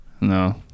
No